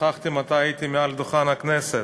שכחתי מתי הייתי מעל דוכן הכנסת.